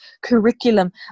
curriculum